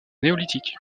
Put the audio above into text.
néolithique